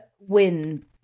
win